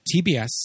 TBS